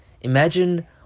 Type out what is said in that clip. Imagine